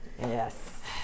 Yes